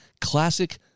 classic